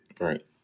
Right